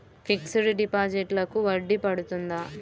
Fixed డిపాజిట్లకు వడ్డీ పడుతుందా?